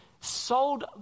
sold